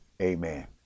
amen